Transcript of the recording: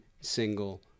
single